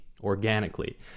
organically